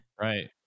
Right